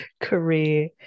career